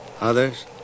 Others